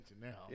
now